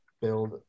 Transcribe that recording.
build